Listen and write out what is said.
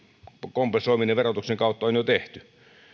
kompensoiminen verotuksen kautta on jo tehty